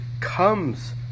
comes